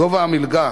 גובה המלגה